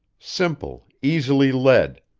simple, easily led,